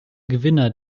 gewinner